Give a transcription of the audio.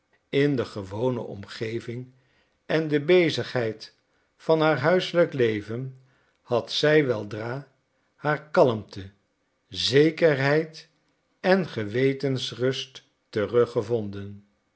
in de gewone omgeving en de bezigheid van haar huiselijk leven had zij weldra haar kalmte zekerheid en gewetensrust terug